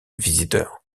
visiteurs